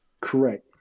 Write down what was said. Correct